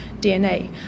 DNA